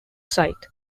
site